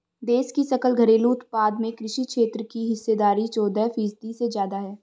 देश की सकल घरेलू उत्पाद में कृषि क्षेत्र की हिस्सेदारी चौदह फीसदी से ज्यादा है